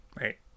Right